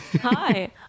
Hi